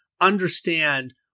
understand